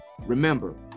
Remember